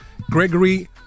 Gregory